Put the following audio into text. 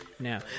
Now